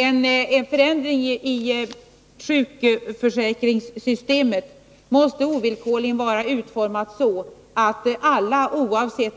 En förändring i sjukförsäkringssystemet måste ovillkorligen vara utformad så att alla, oavsett